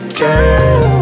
girl